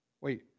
Wait